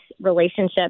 relationship